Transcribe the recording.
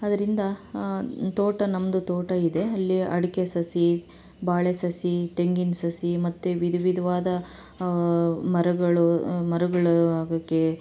ಅದರಿಂದ ತೋಟ ನಮ್ಮದು ತೋಟ ಇದೆ ಅಲ್ಲಿ ಅಡಿಕೆ ಸಸಿ ಬಾಳೆ ಸಸಿ ತೆಂಗಿನ ಸಸಿ ಮತ್ತು ವಿಧ ವಿಧವಾದ ಮರಗಳು ಮರಗಳು ಅದಕ್ಕೆ